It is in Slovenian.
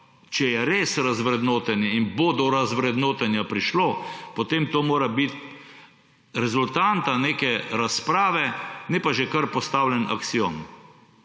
če je res razvrednotenje in bo do razvrednotenja prišlo, potem to mora biti rezultanta neke razprave, ne pa že kar postavljen aksiom.